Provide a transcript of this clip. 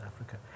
Africa